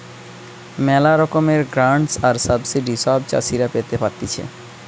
ম্যালা রকমের গ্রান্টস আর সাবসিডি সব চাষীরা পেতে পারতিছে